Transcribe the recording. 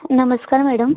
नमस्कार मॅडम